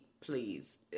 please